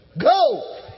Go